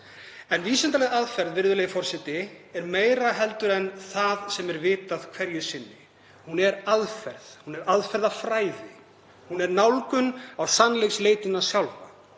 En vísindaleg aðferð, virðulegi forseti, er meira en það sem er vitað hverju sinni. Hún er aðferð, hún er aðferðafræði. Hún er nálgun á sannleiksleitina sjálfa.